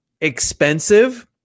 expensive